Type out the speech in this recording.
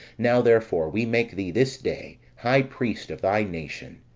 now therefore, we make thee this day high priest of thy nation,